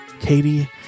Katie